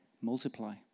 multiply